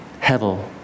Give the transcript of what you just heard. Hevel